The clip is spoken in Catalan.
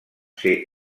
ser